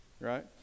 right